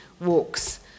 walks